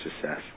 success